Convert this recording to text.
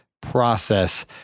process